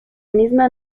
misma